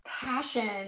passion